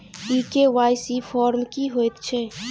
ई KYC form की हएत छै?